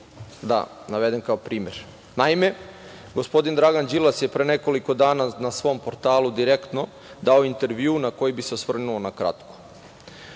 da navedem kao primer. Naime, gospodin Dragan Đilas je pre nekoliko dana na svom portalu Direktno dao intervju na koji bih se osvrnuo na kratko.